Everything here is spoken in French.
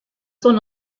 son